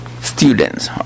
students